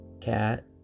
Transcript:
cat